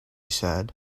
said